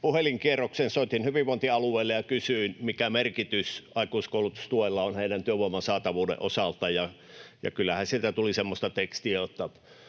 puhelinkierroksen. Soitin hyvinvointialueille ja kysyin, mikä merkitys aikuiskoulutustuella on heidän työvoiman saatavuudensa osalta. Kyllähän sieltä tuli semmoista tekstiä,